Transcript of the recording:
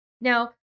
Now